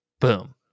Boom